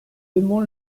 aimons